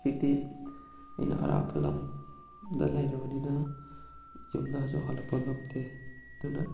ꯍꯧꯖꯤꯛꯇꯤ ꯑꯩꯅ ꯑꯔꯥꯞꯄ ꯂꯝꯗ ꯂꯩꯔꯕꯅꯤꯅ ꯌꯨꯝꯗꯁꯨ ꯍꯜꯂꯛꯄ ꯉꯝꯗꯦ ꯑꯗꯨꯅ